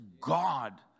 God